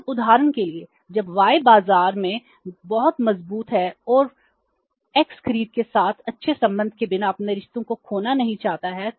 अब उदाहरण के लिए जब Y बाजार में बहुत मजबूत है और x खरीद के साथ अच्छे संबंध के बिना अपने रिश्ते को खोना नहीं चाहता है